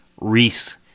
Reese